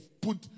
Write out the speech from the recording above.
put